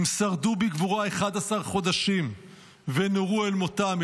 הם שרדו בגבורה 11 חודשים ונורו אל מותם.